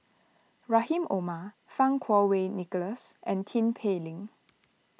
Rahim Omar Fang Kuo Wei Nicholas and Tin Pei Ling